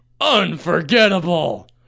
unforgettable